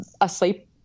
asleep